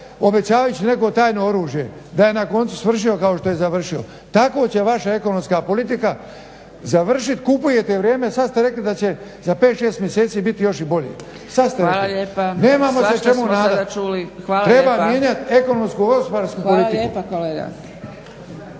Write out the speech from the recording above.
obećavajući neko tajno oružje da je na koncu svršio kao što je završio. Tako će vaša ekonomska politika završiti. Kupujete vrijeme, sada ste rekli da će za 5, 6 mjeseci biti još i bolje. **Zgrebec, Dragica (SDP)** Hvala lijepa. Svašta smo sada čuli,